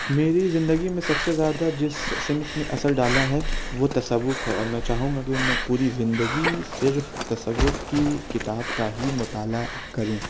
میری زندگی میں سب سے زیادہ جس صنف نے اثر ڈالا ہے وہ تصوف ہے اور میں چاہوں گا کہ میں پوری زندگی صرف تصوف کی کتاب کا ہی مطالعہ کروں